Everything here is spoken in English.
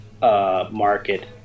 market